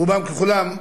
רובם ככולם,